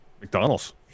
McDonald's